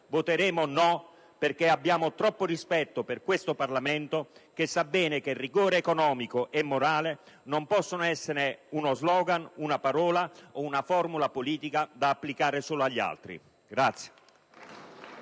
Voteremo no perché abbiamo troppo rispetto per il Parlamento, che sa bene che rigore economico e morale non possono essere uno slogan, una parola o una formula politica da applicare solo agli altri.